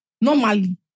Normally